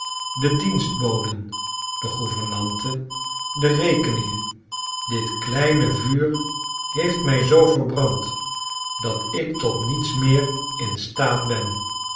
de dienstboden de gouvernante de rekeningen dit kleine vuur heeft mij zoo verbrand dat ik tot niets meer in staat ben